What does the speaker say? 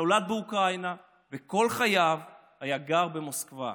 שנולד באוקראינה וכל חייו התגורר במוסקבה.